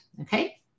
Okay